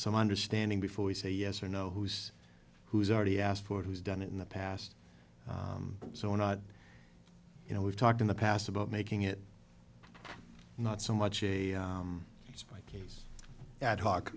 some understanding before we say yes or no who's who's already asked for it who's done it in the past so we're not you know we've talked in the past about making it not so much a spy case